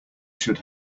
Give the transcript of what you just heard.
should